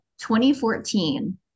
2014